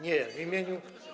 Nie, w imieniu.